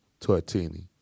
Tortini